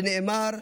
שנאמר: